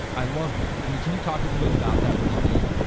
i love that, i mean can you talk a little bit about that what do you mean?